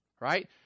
right